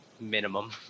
Minimum